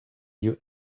you